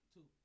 Two